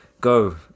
go